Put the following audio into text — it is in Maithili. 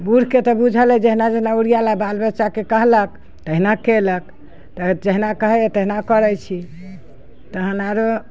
बुढ़के तऽ बुझल अइ जहिना जहिना ओरिएल आ बाल बच्चाके कहलक तहिना केलक तऽ जहिना कहैए तहिना करै छी तहन आरो